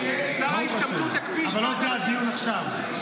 שר ההשתמטות הקפיא 7,000. אבל לא זה הדיון עכשיו.